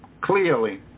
clearly